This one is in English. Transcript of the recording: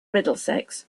middlesex